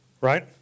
Right